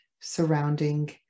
surrounding